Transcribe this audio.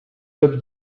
top